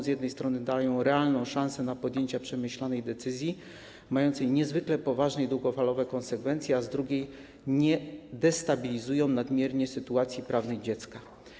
Z jednej strony dają one realną szansę na podjęcie przemyślanej decyzji, mającej niezwykle poważne i długofalowe konsekwencje, a z drugiej nie destabilizują nadmiernie sytuacji prawnej dziecka.